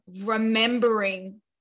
remembering